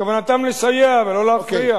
כוונתם לסייע ולא להפריע.